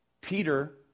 Peter